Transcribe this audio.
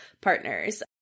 partners